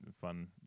fun